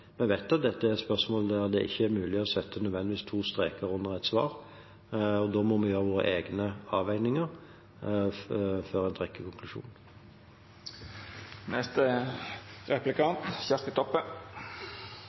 Vi vet at dette er et spørsmål der det nødvendigvis ikke er mulig å sette to streker under et svar. Da må vi gjøre våre egne avveininger før vi trekker en